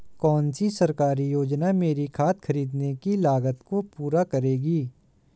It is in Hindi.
कौन सी सरकारी योजना मेरी खाद खरीदने की लागत को पूरा करेगी?